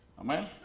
Amen